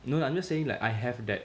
you know I'm just saying like I have that